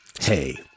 Hey